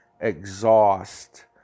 exhaust